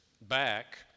back